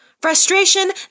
Frustration